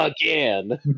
again